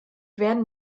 werden